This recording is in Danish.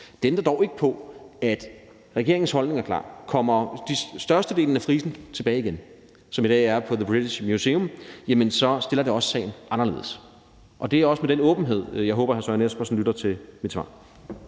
Det ændrer dog ikke på, at regeringens holdning er klar: Kommer størstedelen af frisen, som i dag er på British Museum, tilbage igen, stiller det også sagen anderledes. Og det er også med den åbenhed, at jeg håber hr. Søren Espersen lytter til mit svar.